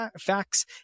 facts